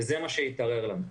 וזה מה שהתערער לנו.